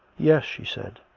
yes, she said.